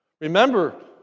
Remember